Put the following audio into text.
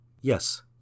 Yes